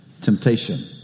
temptation